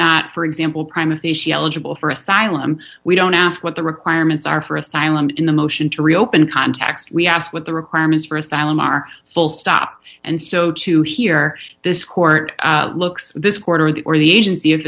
not for example crime of the issue eligible for asylum we don't ask what the requirements are for asylum in the motion to reopen contacts we asked what the requirements for asylum are full stop and so to hear this court looks this quarter the or the agency if